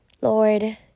Lord